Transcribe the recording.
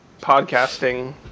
podcasting